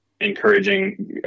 encouraging